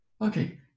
okay